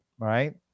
Right